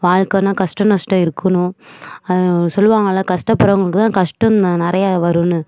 வாழ்க்கனா கஷ்ட நஷ்டம் இருக்கணும் அது சொல்லுவாங்கள்ல கஷ்டப்படுறவங்களுக்குதான் கஷ்டம் ந நிறைய வருன்னு